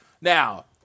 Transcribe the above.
now